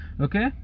Okay